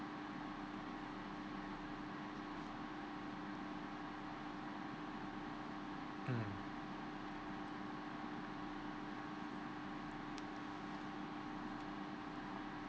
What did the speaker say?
mm